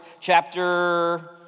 chapter